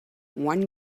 one